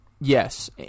yes